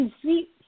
sweet